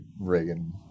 Reagan